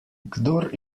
kdor